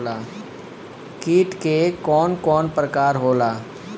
कीट के कवन कवन प्रकार होला?